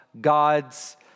God's